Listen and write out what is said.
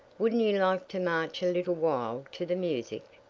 wouldn't you like to march a little while to the music?